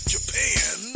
Japan